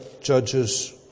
Judges